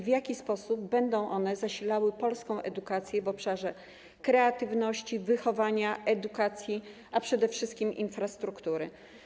W jaki sposób będą one zasilały polską edukację w obszarze kreatywności, wychowania, edukacji, a przede wszystkim infrastruktury?